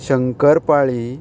शंकरपाळी